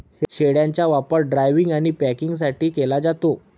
शेळ्यांचा वापर ड्रायव्हिंग आणि पॅकिंगसाठी केला जातो